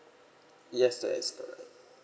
yes that is correct